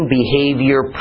behavior